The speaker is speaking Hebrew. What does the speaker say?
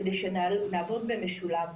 כדי שנעבוד במשולב.